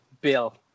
bill